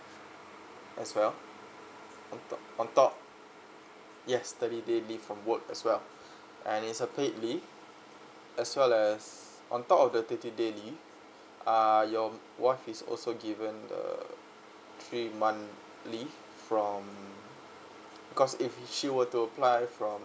as well on top on top yes thirty day leave from work as well and it's a paid leave as well as on top of the thirty day leave err your wife is also given the three month leave from because if she were to apply from